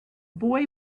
boy